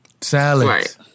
Salads